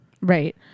Right